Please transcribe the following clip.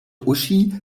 uschi